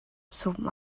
sum